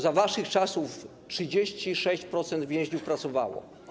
Za waszych czasów 36% więźniów pracowało.